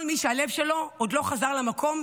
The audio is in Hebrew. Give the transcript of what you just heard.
וכל מי שהלב שלו עוד לא חזר למקום,